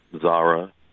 Zara